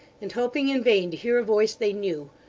and hoping in vain to hear a voice they knew,